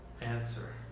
answer